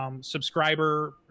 subscriber